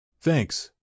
Thanks